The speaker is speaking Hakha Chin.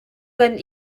kan